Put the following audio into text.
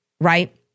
right